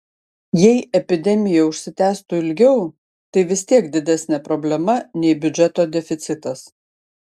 jei epidemija užsitęstų ilgiau tai vis tiek didesnė problema nei biudžeto deficitas